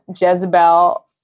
Jezebel